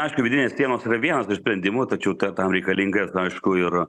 aišku vidinės sienos yra vienas iš sprendimų tačiau tam reikalingas aišku ir